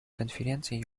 конференции